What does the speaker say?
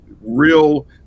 real